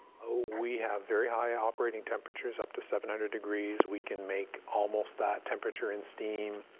ah we have very high operating temperatures up to seven hundred degrees. we can make almost that temperature in steam.